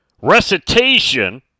recitation